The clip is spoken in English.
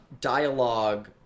dialogue